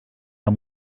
amb